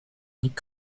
unique